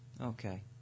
okay